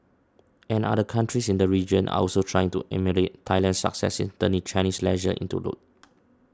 and other countries in the region are also trying to emulate Thailand's success in turning Chinese leisure into loot